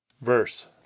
verse